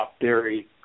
theory